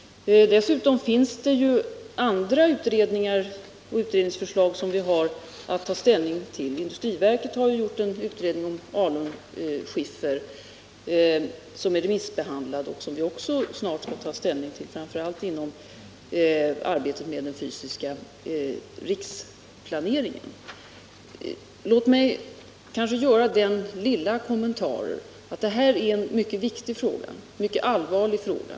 Dessutom har vi att ta ställning till andra utredningsförslag. Industriverket har gjort en utredning om alunskiffer, som är remissbehandlad och som vi snart skall ta ställning till, framför allt inom arbetet med den fysiska riksplaneringen. Låt mig göra den lilla kommentaren att detta är en mycket viktig och allvarlig fråga.